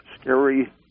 scary